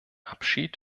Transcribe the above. abschied